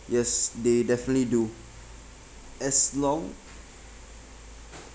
yes they definitely do as long